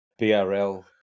BRL